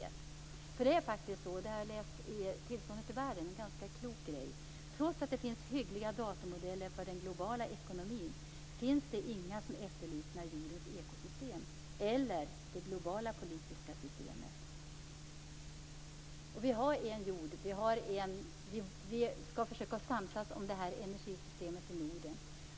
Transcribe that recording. Det är så; det har jag läst i rapporten Tillståndet i världen, som är en klok sak. Trots att det finns hyggliga datormodeller för den globala ekonomin finns det inga som efterliknar jordens ekosystem eller det globala politiska systemet. Vi har en jord. Vi skall försöka samsas om det här energisystemet i Norden.